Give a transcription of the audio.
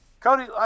Cody